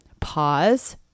pause